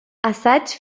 assaig